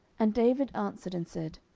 and david answered and said,